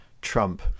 Trump